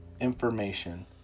information